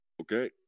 Okay